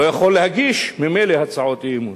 לא יכול להגיש ממילא הצעות אי-אמון,